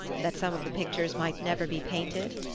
that some of the pictures might never be painted?